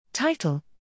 Title